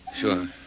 Sure